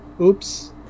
Oops